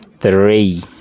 three